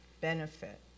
benefit